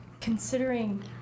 considering